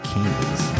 Kings